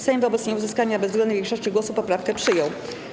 Sejm wobec nieuzyskania bezwzględnej większości głosów poprawkę przyjął.